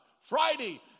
Friday